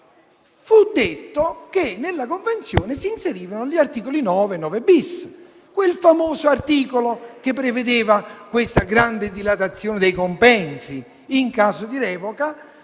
fu detto che nella convenzione si inserivano gli articoli 9 e 9-*bis*, quel famoso articolo che prevedeva questa grande dilatazione dei compensi in caso di revoca,